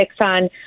on